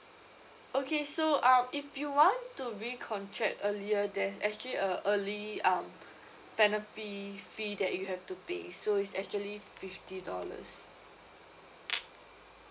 okay so um if you want to recontract earlier there's actually a early um penalty fee that you have to pay so it's actually fifty dollars